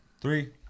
three